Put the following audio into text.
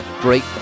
great